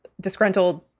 disgruntled